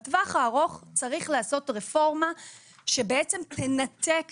בטווח הארוך צריך לעשות רפורמה שבעצם תנתק